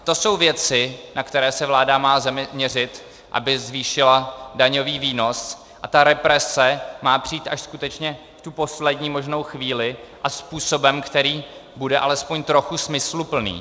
To jsou věci, na které se vláda má zaměřit, aby zvýšila daňový výnos, a ta represe má přijít až skutečně v tu poslední možnou chvíli a způsobem, který bude alespoň trochu smysluplný.